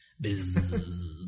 biz